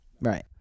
Right